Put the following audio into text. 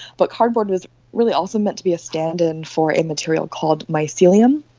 but cardboard is really also meant to be stand in for a material called mycelium.